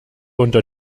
unter